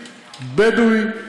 בדואי,